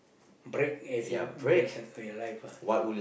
break as in break in your life ah